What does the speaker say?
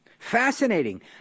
fascinating